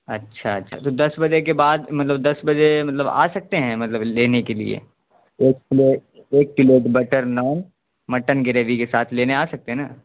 اچھا اچھا تو دس بجے کے بعد مطلب دس بجے مطلب آ سکتے ہیں مطلب لینے کے لیے ایک پلیٹ ایک kilo butter naan mutton gravy کے ساتھ لینے آ سکتے ہیں نا